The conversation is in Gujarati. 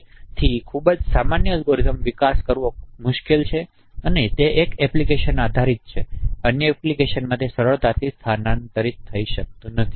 તેથી ખૂબ જ સામાન્ય અલ્ગોરિધમનો વિકાસ કરવો ખૂબ જ મુશ્કેલ છે તે એક એપ્લિકેશન આધારીત છે અન્ય એપ્લિકેશનોમાં સરળતાથી સ્થાનાંતરિત થઈ શકતું નથી